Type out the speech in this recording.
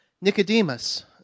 Nicodemus